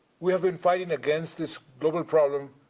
we have been fighting against this global problem,